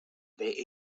they